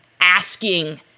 asking